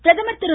பிரதமர் திரு